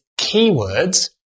keywords